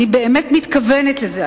אני באמת מתכוונת לזה.